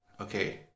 Okay